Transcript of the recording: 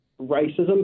Racism